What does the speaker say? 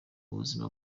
buzima